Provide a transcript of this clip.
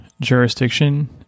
Jurisdiction